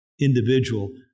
individual